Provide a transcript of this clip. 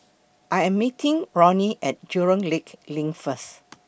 I Am meeting Ronnie At Jurong Lake LINK First